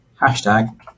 hashtag